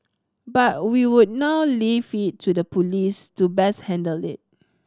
but we would now leave it to the police to best handle it